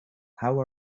how